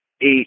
eight